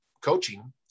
coaching